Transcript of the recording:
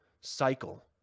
cycle